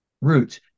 roots